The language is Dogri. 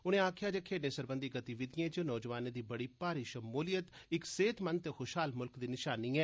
उने आक्खेया जे खेड्डें सरबंधी गतिविधिएं च नौजवानें दी बड़ी भारी शमूलियत इक सेहतमंद ते खुशहाल मुल्ख दी निशानी ऐ